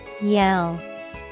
Yell